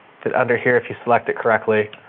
that under here, if you select it correctly,